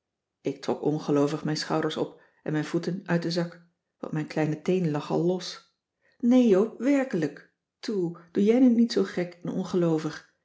ik trok ongeloovig mijn schouders op en mijn voeten uit den zak want mijn kleine teen lag al los nee joop werkelijk toe doe jij nu niet zoo gek en